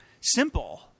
simple